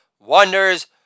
Wonders